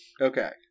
Okay